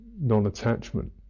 non-attachment